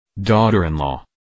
daughter-in-law